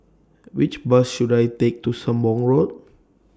Which Bus should I Take to Sembong Road